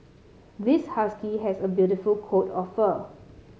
this husky has a beautiful coat of fur